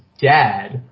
dad